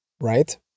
right